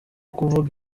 kuvuga